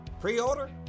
Pre-order